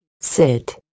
sit